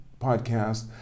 podcast